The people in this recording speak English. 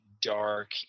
dark